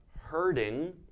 hurting